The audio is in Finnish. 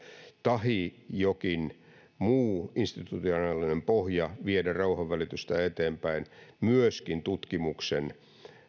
tahi jokin muu institutionaalinen pohja viedä rauhanvälitystä eteenpäin myöskin tutkimuksen avulla